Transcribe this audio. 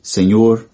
Senhor